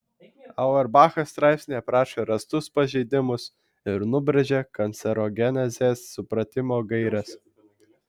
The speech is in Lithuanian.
auerbachas straipsnyje aprašė rastus pažeidimus ir nubrėžė kancerogenezės supratimo gaires